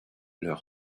leur